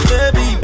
Baby